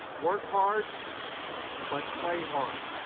work hard but play hard.